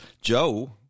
Joe